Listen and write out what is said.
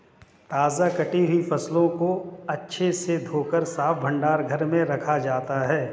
ताजा कटी हुई फसलों को अच्छे से धोकर साफ भंडार घर में रखा जाता है